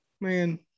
man